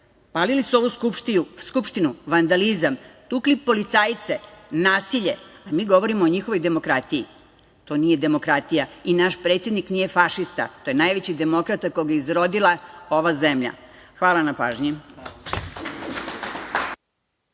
jedna. Palili su ovu Skupštinu – vandalizam. Tukli policajce – nasilje, a mi govorimo o njihovoj demokratiji. To nije demokratija i naš predsednik nije fašista. To je najveći demokrata koga je izrodila ova zemlja. Hvala na pažnji.